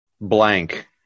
blank